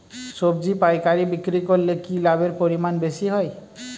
সবজি পাইকারি বিক্রি করলে কি লাভের পরিমাণ বেশি হয়?